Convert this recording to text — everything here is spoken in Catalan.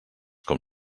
com